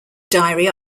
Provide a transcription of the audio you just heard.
diary